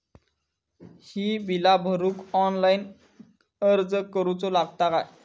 ही बीला भरूक ऑनलाइन अर्ज करूचो लागत काय?